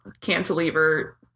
cantilever